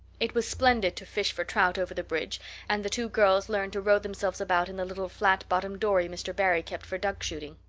it was splendid to fish for trout over the bridge and the two girls learned to row themselves about in the little flat-bottomed dory mr. barry kept for duck shooting.